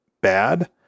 bad